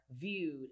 viewed